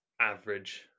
average